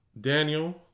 Daniel